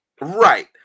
right